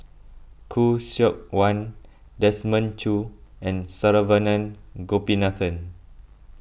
Khoo Seok Wan Desmond Choo and Saravanan Gopinathan